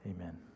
Amen